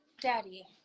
daddy